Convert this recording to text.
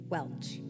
Welch